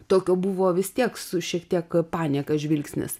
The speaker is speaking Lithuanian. tokio buvo vis tiek su šiek tiek panieka žvilgsnis